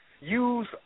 use